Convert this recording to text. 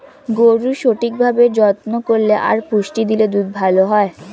গরুর সঠিক ভাবে যত্ন করলে আর পুষ্টি দিলে দুধ ভালো হয়